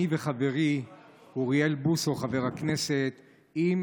אני וחברי חבר הכנסת אוריאל בוסו,